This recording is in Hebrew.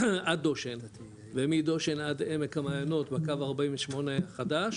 עד דושן ומדושן עד עמק המעיינות בקו 48 חדש,